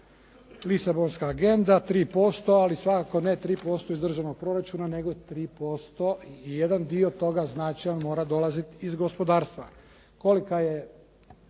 Lisabonska agenda 3%, ali svakako ne 3% iz državnog proračuna, nego 3%, jedan dio toga znači mora dolazit iz gospodarstva.